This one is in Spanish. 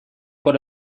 por